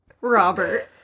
Robert